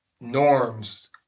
norms